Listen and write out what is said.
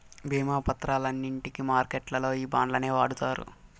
భీమా పత్రాలన్నింటికి మార్కెట్లల్లో ఈ బాండ్లనే వాడుతారు